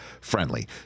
friendly